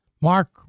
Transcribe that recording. Mark